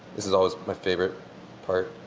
this is always my favorite part.